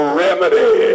remedy